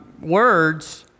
words